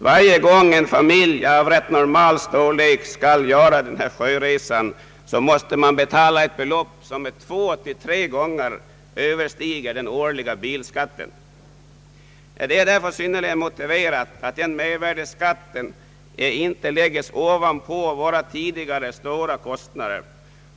Varje gång en familj av normal storlek skall företa denna sjöresa, måste den betala ett belopp som är två till tre gånger större än den årliga bilskatten. Det är därför synnerligen motiverat att den mervärdeskatt det här gäller inte lägges ovanpå våra tidigare stora kostnader.